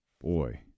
Boy